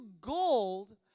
gold